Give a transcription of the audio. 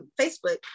Facebook